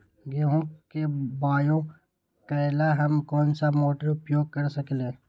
गेंहू के बाओ करेला हम कौन सा मोटर उपयोग कर सकींले?